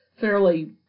fairly